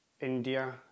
India